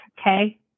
Okay